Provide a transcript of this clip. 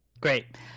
Great